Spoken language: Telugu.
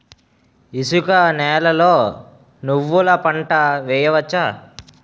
ఇసుక నేలలో నువ్వుల పంట వేయవచ్చా?